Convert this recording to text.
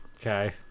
Okay